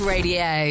Radio